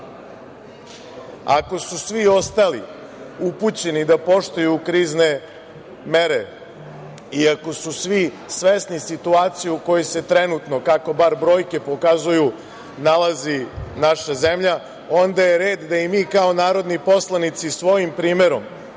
Ako su svi ostali upućeni da poštuju krizne mere i ako su svi svesni situacije u kojoj se trenutno, kako bar brojke pokazuju, nalazi naša zemlja, onda je red da i mi kao narodni poslanici svojim primerom